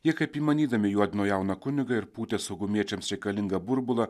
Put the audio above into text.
jie kaip įmanydami juokino jauną kunigą ir pūtė saugumiečiams reikalingą burbulą